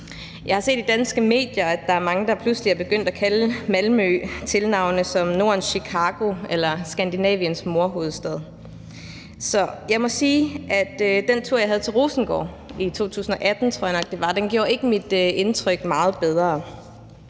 Jeg har set i danske medier, at der er mange, der pludselig er begyndt at give Malmø tilnavne som Nordens Chicago eller Skandinaviens mordhovedstad, og jeg må sige, at den tur, jeg havde til Rosengård i 2018, tror jeg nok det var, ikke gjorde mit indtryk meget bedre.